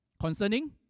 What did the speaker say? Concerning